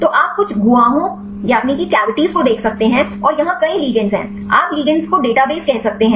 तो आप कुछ गुहाओं को देख सकते हैं और यहां कई लिगेंड हैं आप लिगेंड्स का डेटाबेस कह सकते हैं